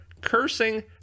cursing